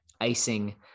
icing